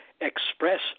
express